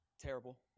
terrible